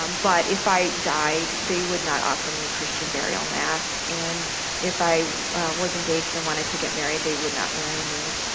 um but if i died, they would not offer me christian burial mass. and if i was engaged and wanted to get married, they would not marry me.